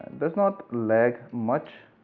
does not lag much